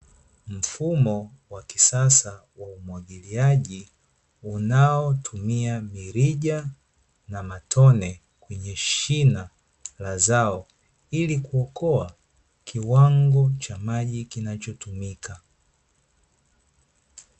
Mfumo wa kisasa wa umwagiliaji, unaotumia mirija na matone, kwenye shina la zao, ili kuokoa kiwango cha maji kinachotumika.